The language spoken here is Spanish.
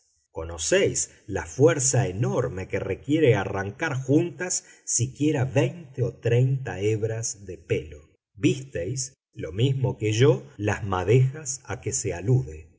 conocéis la fuerza enorme que requiere arrancar juntas siquiera veinte o treinta hebras de pelo visteis lo mismo que yo las madejas a que se alude